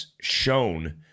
shown